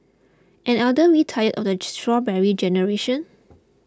and aren't we tired of the strawberry generation